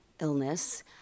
illness